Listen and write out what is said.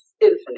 infinite